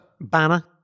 Banner